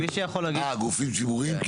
אה, גופים ציבוריים?